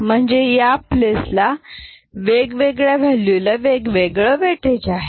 म्हणजे या प्लेस ला वेगवेगळ्या व्हॅल्यू ला वेगवेगळं वेटेज आहे